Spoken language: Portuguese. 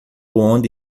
onde